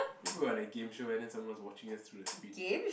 feel like we are on a game show and then someone's watching us through the screen